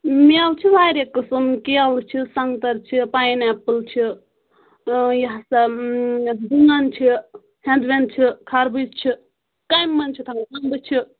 میوٕ چھِ واریاہ قٕسٕم کیلہٕ چھِ سنٛگتَر چھِ پاین ایپٕل چھِ یہِ ہَسا دٲن چھِ ہٮ۪نٛد وٮ۪نٛد چھِ خَربٕز چھِ کَمہِ منٛز چھِ تھاوُن اَمبہٕ چھِ